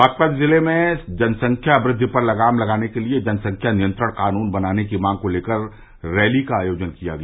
बागपत जिले में जनसंख्या वृद्धि पर लगान लगाने के लिए जनसंख्या नियत्रण कानून बनाने की मांग को लेकर रैली का आयोजन किया गया